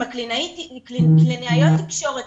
עם קלינאיות התקשורת,